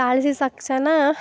ತಾಳ್ಸಿದ ತಕ್ಷಣ